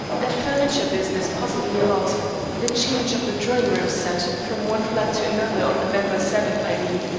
that furniture business puzzled me a lot the change of the drawing-room set from one flat to another on november seven, i mean.